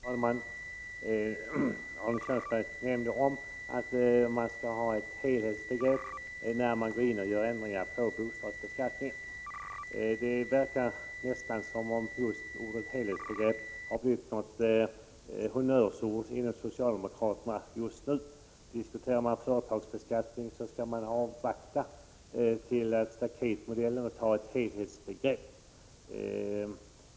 Herr talman! Arne Kjörnsberg sade att man skall ta ett helhetsgrepp när man går in och ändrar bostadsbeskattningen. Det verkar som om ordet helhetsgrepp är ett honnörsord för socialdemokraterna just nu — diskuterar vi företagsbeskattning skall man avvakta staketmodellen och ta ett helhetsgrepp där.